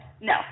No